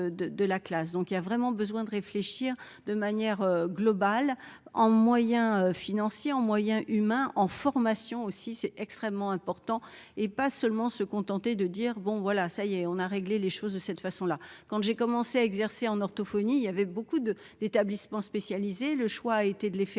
donc il y a vraiment besoin de réfléchir de manière globale, en moyens financiers en moyens humains en formation aussi, c'est extrêmement important, et pas seulement se contenter de dire bon, voilà, ça y est on a réglé les choses de cette façon-là, quand j'ai commencé à exercer en orthophonie il y avait beaucoup de d'établissements spécialisés, le choix a été de les fermer,